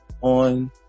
On